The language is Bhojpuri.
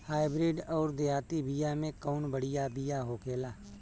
हाइब्रिड अउर देहाती बिया मे कउन बढ़िया बिया होखेला?